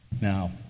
Now